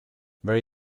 very